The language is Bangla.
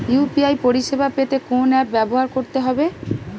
ইউ.পি.আই পরিসেবা পেতে কোন অ্যাপ ব্যবহার করতে হবে?